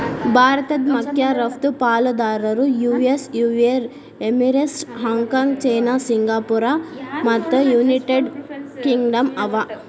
ಭಾರತದ್ ಮಖ್ಯ ರಫ್ತು ಪಾಲುದಾರರು ಯು.ಎಸ್.ಯು.ಎ ಎಮಿರೇಟ್ಸ್, ಹಾಂಗ್ ಕಾಂಗ್ ಚೇನಾ ಸಿಂಗಾಪುರ ಮತ್ತು ಯುನೈಟೆಡ್ ಕಿಂಗ್ಡಮ್ ಅವ